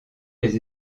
les